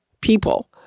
people